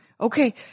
Okay